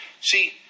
See